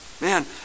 Man